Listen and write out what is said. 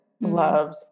loved